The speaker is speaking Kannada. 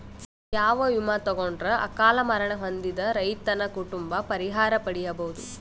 ಯಾವ ವಿಮಾ ತೊಗೊಂಡರ ಅಕಾಲ ಮರಣ ಹೊಂದಿದ ರೈತನ ಕುಟುಂಬ ಪರಿಹಾರ ಪಡಿಬಹುದು?